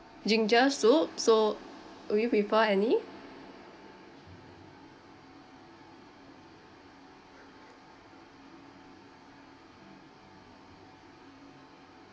ginger soup so would you prefer any